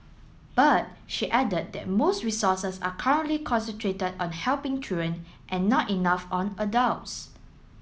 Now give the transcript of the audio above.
but she added that most resources are currently concentrated on helping children and not enough on adults